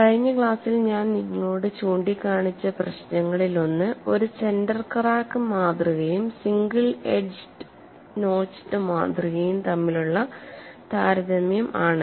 കഴിഞ്ഞ ക്ലാസ്സിൽ ഞാൻ നിങ്ങളോട് ചൂണ്ടിക്കാണിച്ച പ്രശ്നങ്ങളിലൊന്ന് ഒരു സെന്റർ ക്രാക്ക് മാതൃകയും സിംഗിൾ എഡ്ജ് നോച്ച് മാതൃകയും തമ്മിലുള്ള താരതമ്യം ആണ്